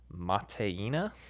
Mateina